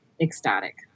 ecstatic